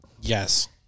Yes